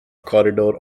corridor